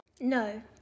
No